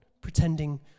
pretending